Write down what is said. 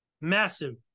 Massive